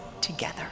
together